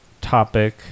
topic